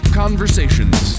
conversations